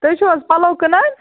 تُہۍ چھِو حظ پَلو کٕنان